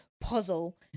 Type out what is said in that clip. puzzle